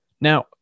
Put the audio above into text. Now